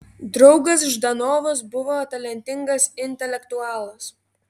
draugas ždanovas buvo talentingas intelektualas